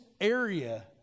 area